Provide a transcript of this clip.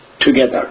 together